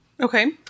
Okay